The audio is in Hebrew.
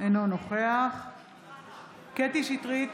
אינו נוכח קטי קטרין שטרית,